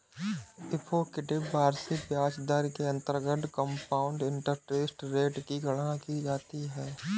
effective वार्षिक ब्याज दर के अंतर्गत कंपाउंड इंटरेस्ट रेट की गणना की जाती है